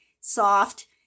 soft